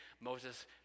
Moses